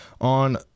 on